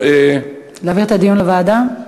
להעביר את הדיון לוועדה?